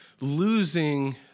losing